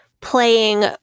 playing